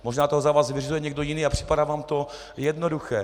Možná to za vás vyřizuje někdo jiný a připadá vám to jednoduché.